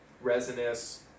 resinous